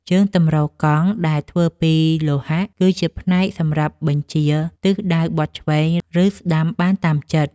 ជើងទម្រកង់ដែលធ្វើពីលោហៈ គឺជាផ្នែកសម្រាប់បញ្ជាទិសដៅបត់ឆ្វេង ឬស្ដាំបានតាមចិត្ត។